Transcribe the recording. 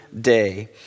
day